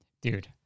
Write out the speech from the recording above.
dude